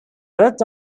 worked